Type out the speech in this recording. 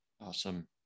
Awesome